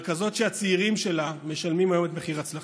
אבל כזאת שהצעירים שלה משלמים היום את מחיר הצלחתה.